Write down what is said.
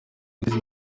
guteza